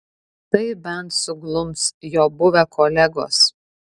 tai bent suglums jo buvę kolegos